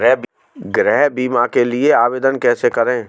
गृह बीमा के लिए आवेदन कैसे करें?